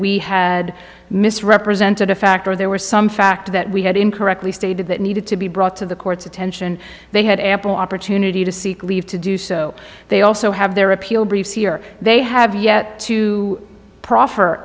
we had misrepresented a fact or there were some fact that we had incorrectly stated that needed to be brought to the court's attention they had ample opportunity to seek leave to do so they also have their appeal briefs here they have yet to pro